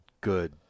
good